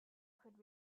could